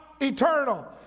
eternal